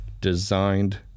designed